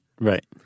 right